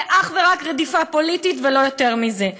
זה אך ורק רדיפה פוליטית, ולא יותר מזה.